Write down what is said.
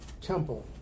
temple